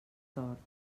tort